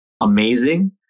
amazing